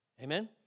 Amen